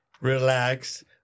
Relax